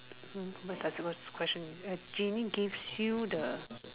oh what does what's the question a genie gives you the